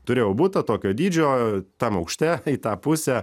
turėjau butą tokio dydžio tam aukšte į tą pusę